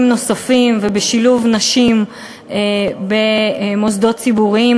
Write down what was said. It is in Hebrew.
נוספים ובשילוב נשים במוסדות ציבוריים,